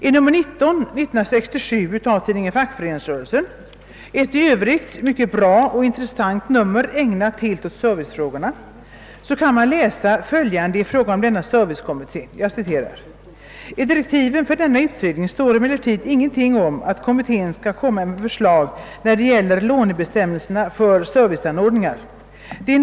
I nummer 19/1967 av Fackföreningsrörelsen — ett mycket intressant nummer ägnat helt åt servicefrågorna — kan man läsa följande i fråga om denna servicekommitté: »I direktiven för denna utredning står emellertid ingenting om att kommittén skall komma med förslag när det gäller lånebestämmelserna för serviceanordningar.